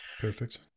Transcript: Perfect